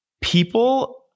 People